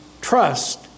trust